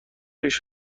ریش